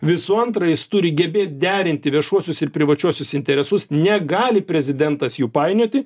visų antra jis turi gebėt derinti viešuosius ir privačiuosius interesus negali prezidentas jų painioti